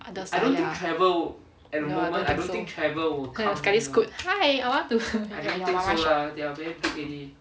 others like ya I don't think so sekali scoot hi I want to at your mama shop